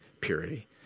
purity